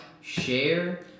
share